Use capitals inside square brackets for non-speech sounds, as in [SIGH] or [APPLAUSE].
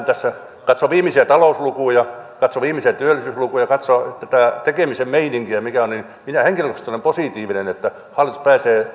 [UNINTELLIGIBLE] tässä jos katsoo viimeisiä talouslukuja katsoo viimeisiä työllisyyslukuja katsoo tätä tekemisen meininkiä mikä on minä henkilökohtaisesti olen positiivinen että hallitus pääsee